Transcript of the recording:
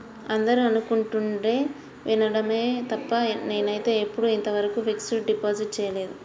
అందరూ అనుకుంటుంటే వినడమే తప్ప నేనైతే ఎప్పుడూ ఇంతవరకు ఫిక్స్డ్ డిపాజిట్ చేయలేదు